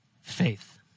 faith